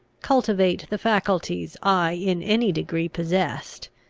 cultivate the faculties i in any degree possessed,